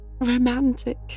romantic